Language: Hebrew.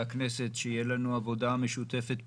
הכנסת שתהיה לנו עבודה משותפת פורייה,